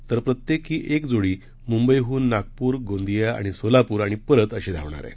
तर प्रत्येकी एक जोडी मुंबईहून नागपूर गोंदिया आणि सोलापूर आणि परत अशी धावणार आहे